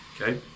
okay